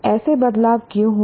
ऐसे बदलाव क्यों हुए